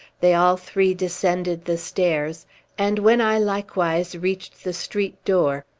they all three descended the stairs and when i likewise reached the street door,